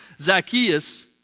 Zacchaeus